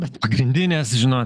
bet pagrindinės žino